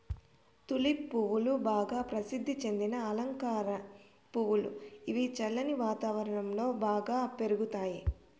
tulip పువ్వులు బాగా ప్రసిద్ది చెందిన అలంకార పువ్వులు, ఇవి చల్లని వాతావరణం లో బాగా పెరుగుతాయి